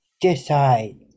decide